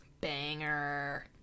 Banger